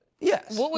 Yes